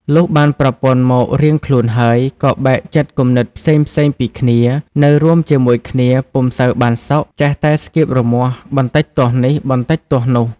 លុះបានប្រពន្ធមករៀងខ្លួនហើយ ក៏បែកចិត្តគំនិតផ្សេងៗពីគ្នានៅរួមជាមួយគ្នាពុំសូវបានសុខ ចេះតែស្កៀបរមាស់ បន្តិចទាស់នេះ បន្តិចទាស់នោះ។